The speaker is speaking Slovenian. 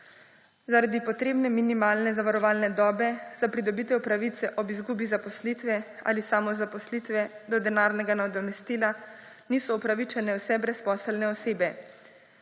Zaradi potrebne minimalne zavarovalne dobe za pridobitev pravice ob izgubi zaposlitve ali samozaposlitve do denarnega nadomestila niso upravičene vse brezposelne osebe.